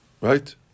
right